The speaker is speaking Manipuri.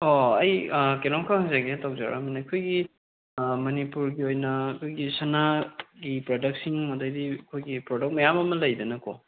ꯑꯣ ꯑꯩ ꯀꯩꯅꯣꯝꯈꯛ ꯍꯪꯖꯒꯦ ꯇꯧꯖꯔꯛꯑꯝꯕꯅꯦ ꯑꯩꯈꯣꯏꯒꯤ ꯃꯅꯤꯄꯨꯔꯒꯤ ꯑꯣꯏꯅ ꯑꯩꯈꯣꯏꯒꯤ ꯁꯅꯥꯒꯤ ꯄꯔꯗꯛꯁꯤꯡ ꯑꯗꯩꯗꯤ ꯑꯩꯈꯣꯏꯒꯤ ꯄ꯭ꯔꯗꯛ ꯃꯌꯥꯝ ꯑꯃ ꯂꯩꯗꯅꯀꯣ